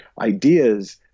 ideas